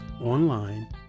online